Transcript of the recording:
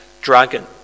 dragon